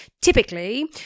typically